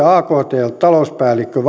aktn talouspäällikkö